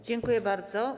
Dziękuję bardzo.